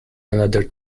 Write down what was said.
another